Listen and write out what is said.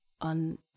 on